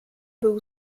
był